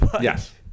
yes